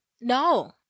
No